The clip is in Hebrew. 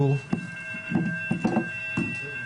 בבקשה.